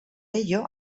ello